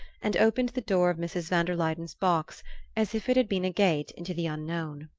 and opened the door of mrs. van der luyden's box as if it had been a gate into the unknown.